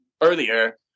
earlier